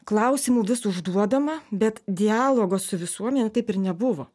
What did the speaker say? klausimų vis užduodama bet dialogo su visuomene taip ir nebuvo